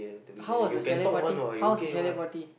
how was the chalet party how was the chalet party